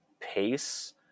pace